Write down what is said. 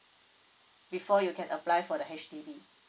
before you can apply for the H_D_B